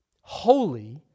holy